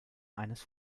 eines